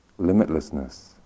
limitlessness